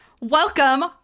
Welcome